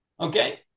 Okay